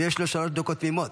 ויש לו שלוש דקות תמימות.